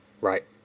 Right